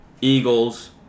Eagles